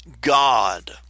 God